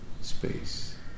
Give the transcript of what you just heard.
space